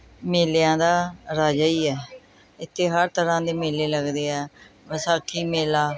ਮੇਲਿਆਂ ਦਾ ਰਾਜਾ ਹੀ ਹੈ ਇੱਥੇ ਹਰ ਤਰ੍ਹਾਂ ਦੇ ਮੇਲੇ ਲੱਗਦੇ ਆ ਵਿਸਾਖੀ ਮੇਲਾ